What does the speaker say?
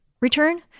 return